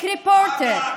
מה דעתך לגבי חומש?